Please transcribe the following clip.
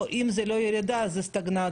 או אם זה לא ירידה אז זה סטגנציה,